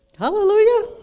Hallelujah